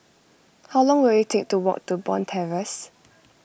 how long will it take to walk to Bond Terrace